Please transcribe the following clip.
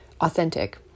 authentic